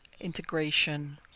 integration